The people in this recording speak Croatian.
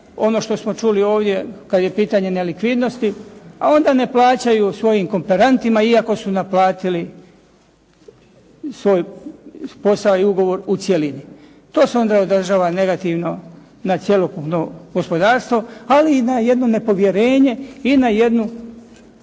ono što smo čuli ovdje kad je pitanje nelikvidnosti, onda ne plaćaju svojim kooperantima iako su naplatili svoj posao i ugovor u cjelini. To se onda odražava negativno na cjelokupno gospodarstvo, ali i na jedno nepovjerenje i na jednu